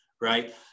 Right